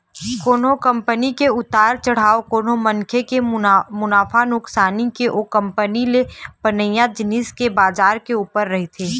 कोनो कंपनी के उतार चढ़ाव कोनो मनखे के मुनाफा नुकसानी ओ कंपनी ले बनइया जिनिस के बजार के ऊपर रहिथे